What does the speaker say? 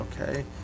okay